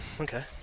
okay